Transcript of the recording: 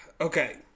Okay